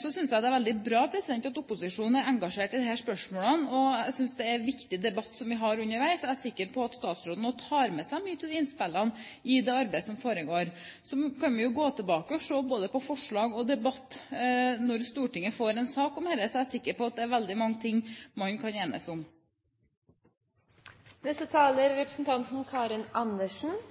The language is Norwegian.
Så synes jeg det er veldig bra at opposisjonen er engasjert i disse spørsmålene, og jeg synes det er viktig at vi har debatt underveis. Jeg er sikker på at statsråden nå tar med seg mange av de innspillene i det arbeidet som foregår, og så kan vi jo gå tilbake og se på både forslag og debatt. Når Stortinget får en sak om dette, er jeg sikker på at det er veldig mange ting man kan enes om.